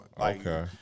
okay